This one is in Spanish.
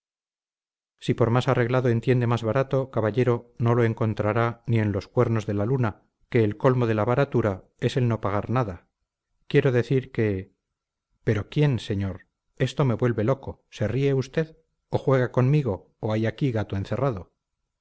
si por más arreglado entiende más barato caballero no lo encontrará ni en los cuernos de la luna que el colmo de la baratura es el no pagar nada quiero decir que pero quién señor esto me vuelve loco se ríe usted o juega conmigo o aquí hay gato encerrado